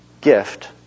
gift